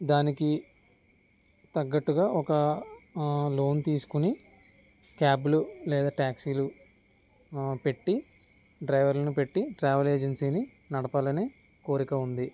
దానికి తగ్గట్టుగా ఒక లోన్ తీసుకుని క్యాబ్లు లేదా ట్యాక్సీలు పెట్టి డ్రైవర్లను పెట్టి ట్రావెల్ ఏజెన్సీని నడపాలని కోరిక ఉంది